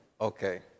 Okay